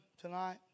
tonight